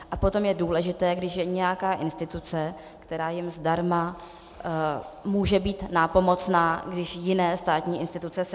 A potom je důležité, když je nějaká instituce, která jim zdarma může být nápomocná, když jiné státní instituce selžou.